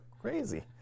crazy